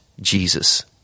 Jesus